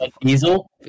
diesel